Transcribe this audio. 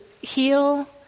heal